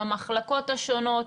המחלקות השונות.